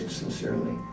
sincerely